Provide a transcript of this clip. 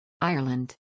Ireland